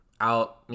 out